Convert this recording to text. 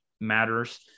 matters